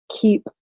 Keep